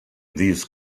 these